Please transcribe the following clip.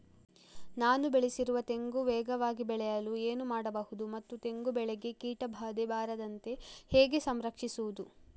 ನಾನು ಬೆಳೆಸಿರುವ ತೆಂಗು ವೇಗವಾಗಿ ಬೆಳೆಯಲು ಏನು ಮಾಡಬಹುದು ಮತ್ತು ತೆಂಗು ಬೆಳೆಗೆ ಕೀಟಬಾಧೆ ಬಾರದಂತೆ ಹೇಗೆ ಸಂರಕ್ಷಿಸುವುದು?